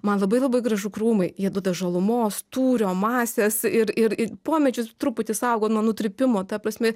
man labai labai gražu krūmai jie duoda žalumos tūrio masės ir ir pomedžius truputį saugo nuo nukrypimo ta prasme